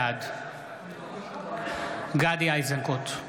בעד גדי איזנקוט,